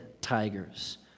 tigers